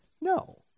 No